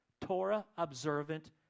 Torah-observant